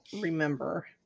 remember